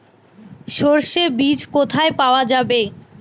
সর্ষে বিজ কোথায় পাওয়া যাবে?